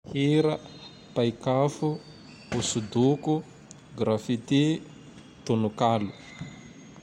Hira, paik'afo, hosodoko, grafitti, tonokalo.